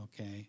okay